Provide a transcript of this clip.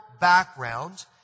background